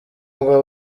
ngo